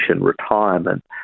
retirement